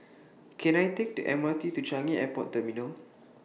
Can I Take The M R T to Changi Airport Terminal